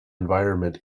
environment